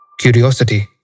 Curiosity